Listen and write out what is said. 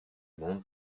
monde